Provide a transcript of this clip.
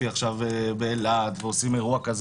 עכשיו באילת את טקס מלכות היופי ועוד אירועים,